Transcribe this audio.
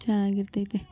ಚೆನ್ನಾಗಿರ್ತೈತೆ